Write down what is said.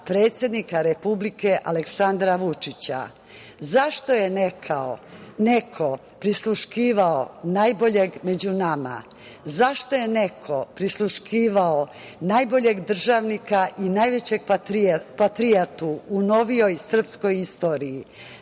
predsednika Republike Aleksandra Vučića. Zašto je neko prisluškivao najboljeg među nama? Zašto je neko prisluškivao najboljeg državnika i najvećeg patriotu u novijoj srpskoj istoriji?